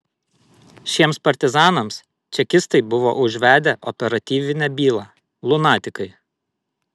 šiems partizanams čekistai buvo užvedę operatyvinę bylą lunatikai